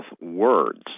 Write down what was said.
words